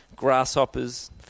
grasshoppers